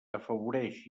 afavoreix